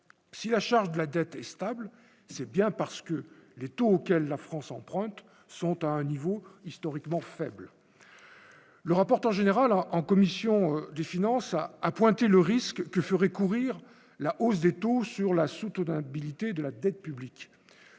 si la charge de la dette est stable, c'est bien parce que les taux auxquels la France emprunte sont à un niveau historiquement faible, le rapporteur général en en commission des finances a a pointé le risque que ferait courir la hausse des taux sur la soutenabilité de la dette publique,